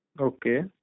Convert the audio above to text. Okay